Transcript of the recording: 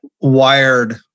wired